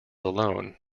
alone